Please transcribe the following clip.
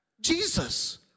Jesus